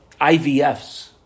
IVFs